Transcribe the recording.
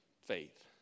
Faith